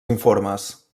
informes